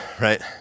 right